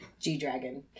G-Dragon